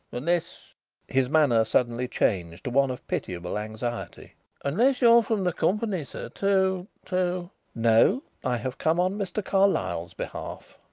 unless his manner suddenly changed to one of pitiable anxiety unless you're from the company sir, to to no i have come on mr. carlyle's behalf,